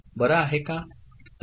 बरं आहे का